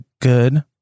good